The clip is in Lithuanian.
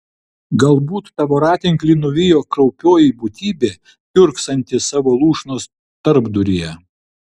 galbūt tą voratinklį nuvijo kraupioji būtybė kiurksanti savo lūšnos tarpduryje